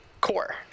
core